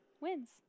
wins